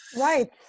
Right